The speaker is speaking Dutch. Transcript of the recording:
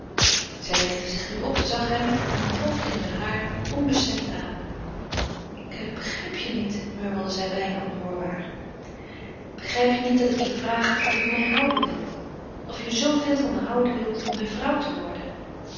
zij richtte zich nu op en zag hem omgolfd in heur haren onbestemd aan ik begrijp je niet murmelde zij bijna onhoorbaar begrijp je niet dat ik je vraag of je van mij houden wilt of je zooveel van me houden wilt om mijn vrouw te worden